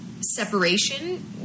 separation